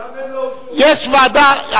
גם הם לא הורשעו בכסף.